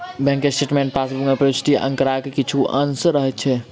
bank statement passbook मे प्रविष्ट आंकड़ाक किछु अंश रहैत अछि